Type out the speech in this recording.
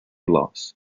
loss